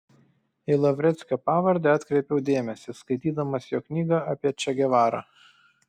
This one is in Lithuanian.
į lavreckio pavardę atkreipiau dėmesį skaitydamas jo knygą apie če gevarą